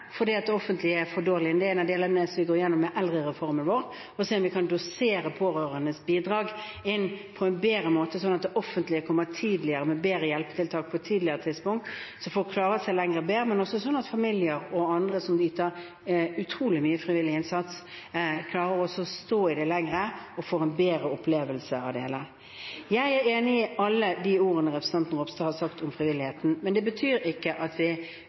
fordi det offentlige er for dårlig. Det er en del av det vi skal gå igjennom med eldrereformen vår – se om vi kan dosere pårørendes bidrag inn på en bedre måte, slik at det offentlige kommer med bedre hjelpetiltak på et tidligere tidspunkt, slik at folk klarer seg lenger og bedre, men også slik at familier og andre som yter utrolig mye frivillig innsats, klarer å stå i det lenger og får en bedre opplevelse av det hele. Jeg er enig i alle de ordene representanten Ropstad har sagt om frivilligheten, men det betyr ikke at vi